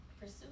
pursue